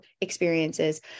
experiences